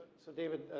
so david,